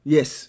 Yes